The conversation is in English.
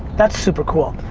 that's super cool.